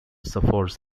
suffers